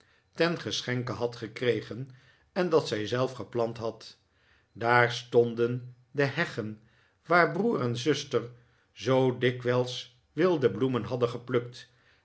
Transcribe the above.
ten geschenke had gekregen en dat zij zelf geplant had daar stonden de heggen waar broer en zuster zoo dikwijls wilde bloemen hadden geplukt